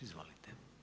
Izvolite.